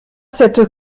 cette